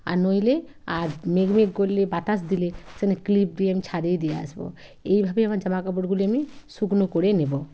আর নইলে আর মেঘ মেঘ করলে বাতাস দিলে সেদিন ক্লিপ দিয়ে আমি ছাদে দিয়ে দিয়ে আসব এইভাবেই আমার জামা কাপড়গুলি আমি শুকনো করে নেব